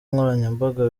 nkoranyambaga